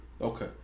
Okay